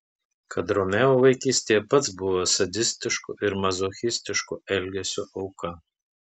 kad romeo vaikystėje pats buvo sadistiško ir mazochistiško elgesio auka